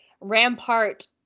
Rampart